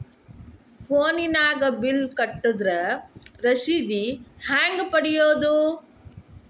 ಫೋನಿನಾಗ ಬಿಲ್ ಕಟ್ಟದ್ರ ರಶೇದಿ ಹೆಂಗ್ ಪಡೆಯೋದು?